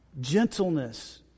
gentleness